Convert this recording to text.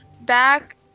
Back